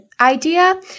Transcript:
idea